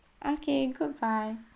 okay goodbye